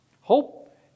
Hope